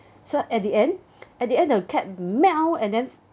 so at the end at the end the cat meow and then